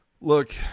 look